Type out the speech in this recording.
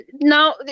now